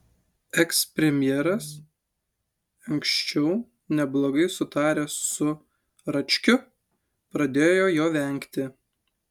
ekspremjeras anksčiau neblogai sutaręs su račkiu pradėjo jo vengti